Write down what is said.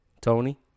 Tony